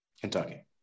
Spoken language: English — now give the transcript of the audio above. Kentucky